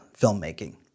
filmmaking